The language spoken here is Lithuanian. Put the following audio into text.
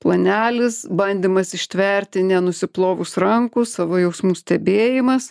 planelis bandymas ištverti nenusiplovus rankų savo jausmų stebėjimas